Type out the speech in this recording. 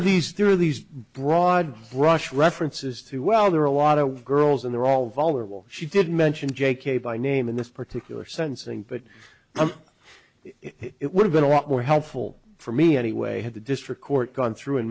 are these through these broad brush references to well there are a lot of girls and they're all vulnerable she did mention j k by name in this particular sense and but i'm it would have been a lot more helpful for me anyway had the district court gone through and